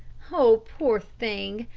oh, poor thing,